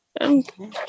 okay